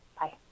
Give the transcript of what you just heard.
Bye